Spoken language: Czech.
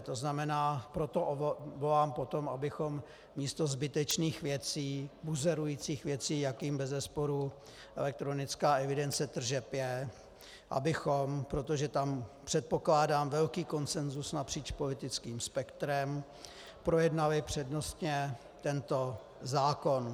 To znamená, proto volám po tom, abychom místo zbytečných věcí, buzerujících věcí, jakým bezesporu elektronická evidence tržeb je, abychom, protože tam předpokládám velký konsenzus napříč politickým spektrem, projednali přednostně tento zákon.